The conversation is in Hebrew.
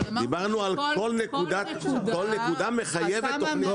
אבל אמרתי שכל נקודה התמ"א מאשרת --- כל נקודה מחייבת תכנית